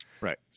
Right